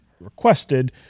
requested